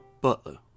Butler